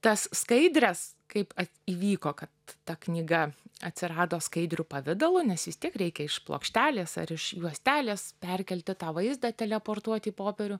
tas skaidres kaip įvyko kad ta knyga atsirado skaidrių pavidalu nes vis tiek reikia iš plokštelės ar iš juostelės perkelti tą vaizdą teleportuot į popierių